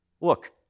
look